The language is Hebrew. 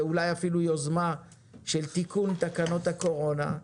ואולי אפילו יוזמה של תיקון תקנות הקורונה,